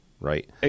right